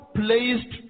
placed